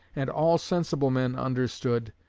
and all sensible men understood,